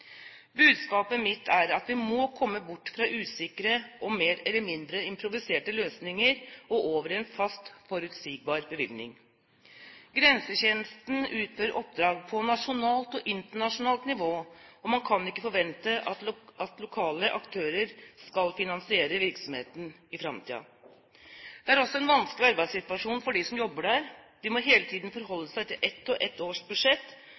Budskapet mitt er at vi må komme bort fra usikre og mer eller mindre improviserte løsninger og over i en fast, forutsigbar bevilgning. Grensetjenesten utfører oppdrag på nasjonalt og internasjonalt nivå, og man kan ikke forvente at lokale aktører skal finansiere virksomheten i framtiden. Det er også en vanskelig arbeidssituasjon for dem som jobber der. De må hele tiden forholde seg til ett og ett års budsjett,